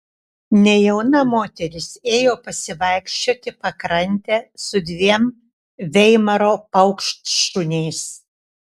nejauna moteris ėjo pasivaikščioti pakrante su dviem veimaro paukštšuniais